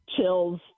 chills